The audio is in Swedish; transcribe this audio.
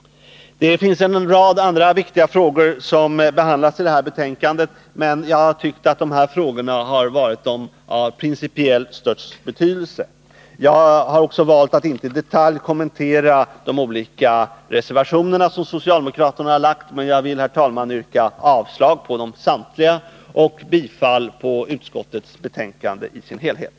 Det finns en rad andra viktiga frågor som behandlas i det här betänkandet, men jag har tyckt att de frågor jag nu tagit upp har varit av den principiellt största betydelsen. Jag har också valt att inte i detalj kommentera de olika reservationer som socialdemokraterna fogat till betänkandet, men jag vill, herr talman, yrka avslag på samtliga och bifall till utskottets hemställan i dess helhet.